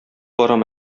барам